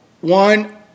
one